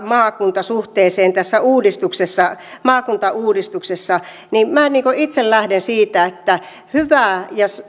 maakunta suhteeseen tässä maakuntauudistuksessa minä itsehän lähden siitä että kun on hyvä ja